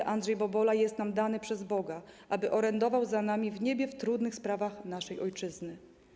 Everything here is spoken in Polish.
Św. Andrzej Bobola jest nam dany przez Boga, aby orędował za nami w niebie w trudnych sprawach naszej ojczyzny.